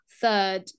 third